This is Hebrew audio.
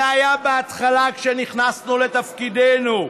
זה היה בהתחלה, כשנכנסנו לתפקידנו.